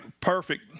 perfect